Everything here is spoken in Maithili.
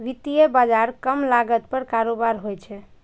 वित्तीय बाजार कम लागत पर कारोबार होइ छै